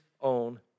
own